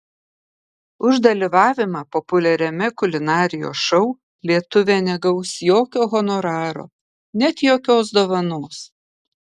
už dalyvavimą populiariame kulinarijos šou lietuvė negaus jokio honoraro net jokios dovanos